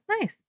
nice